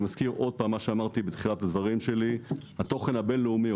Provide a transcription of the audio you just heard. אני מזכיר שוב את מה שאמרתי בתחילת הדברים שלי: התוכן הבין-לאומי,